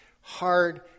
hard